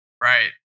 Right